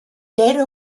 data